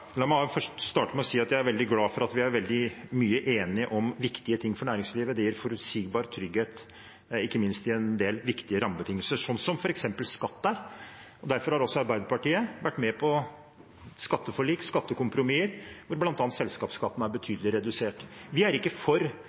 La meg starte med å si at jeg er veldig glad for at vi er veldig enige om viktige ting for næringslivet. Det gir forutsigbarhet og trygghet, ikke minst i en del viktige rammebetingelser, slik som f.eks. skatt er. Derfor har Arbeiderpartiet vært med på skatteforlik og skattekompromisser, der bl.a. selskapsskatten er betydelig redusert. Vi er ikke for